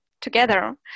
together